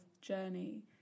journey